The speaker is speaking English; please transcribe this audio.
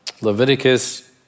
Leviticus